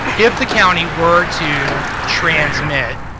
if the county were to transmit,